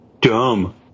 dumb